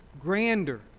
grander